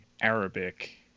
Arabic